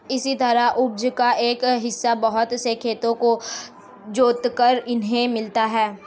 इसी तरह उपज का एक हिस्सा बहुत से खेतों को जोतकर इन्हें मिलता है